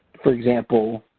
for example,